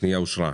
הפנייה אושרה.